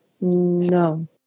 No